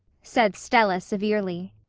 said stella severely.